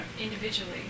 individually